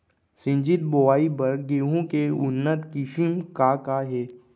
सिंचित बोआई बर गेहूँ के उन्नत किसिम का का हे??